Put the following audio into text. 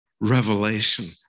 revelation